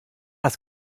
das